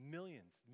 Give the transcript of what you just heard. Millions